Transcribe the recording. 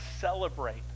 celebrate